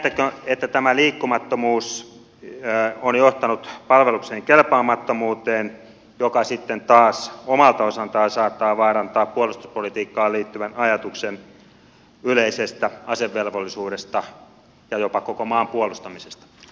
näettekö että tämä liikkumattomuus on johtanut palvelukseen kelpaamattomuuteen joka sitten taas omalta osaltaan saattaa vaarantaa puolustuspolitiikkaan liittyvän ajatuksen yleisestä asevelvollisuudesta ja jopa koko maan puolustamisesta